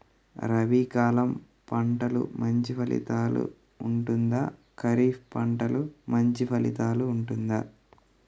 రబీ కాలం పంటలు మంచి ఫలితాలు ఉంటుందా? ఖరీఫ్ పంటలు మంచి ఫలితాలు ఉంటుందా?